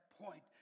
point